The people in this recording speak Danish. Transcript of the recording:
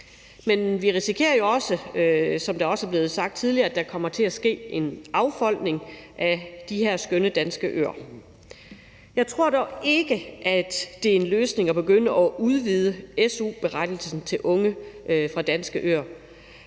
Men vi risikerer jo også, som der også blevet sagt tidligere, at der kommer til at ske en affolkning af de her skønne danske øer. Jeg tror dog ikke, at det er en løsning at begynde at udvide su-berettigelsen til unge fra danske øer.